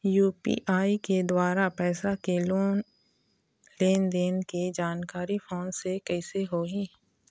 UPI के द्वारा पैसा के लेन देन के जानकारी फोन से कइसे होही?